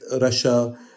Russia